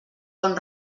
bon